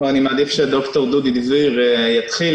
אני מעדיף שד"ר דודי דביר יתחיל.